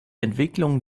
entwicklung